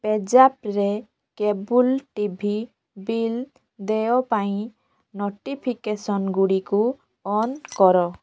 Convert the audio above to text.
ପେଜାପ୍ରେ cable TV bill ଦେୟ ପାଇଁ notification ଗୁଡ଼ିକୁ ଅନ୍ କର